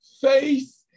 faith